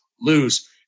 lose